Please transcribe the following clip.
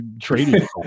trading